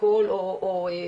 אלכוהול או סמים,